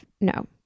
no